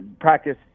practice